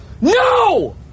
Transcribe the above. No